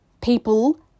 people